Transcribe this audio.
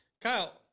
Kyle